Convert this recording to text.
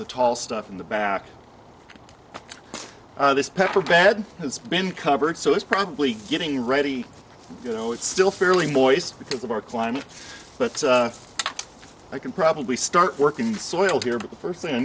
the tall stuff in the back this pepper bad has been covered so it's probably getting ready you know it's still fairly boice because of our climate but i can probably start working soil here but the first thing i